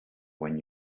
when